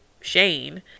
Shane